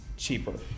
cheaper